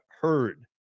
heard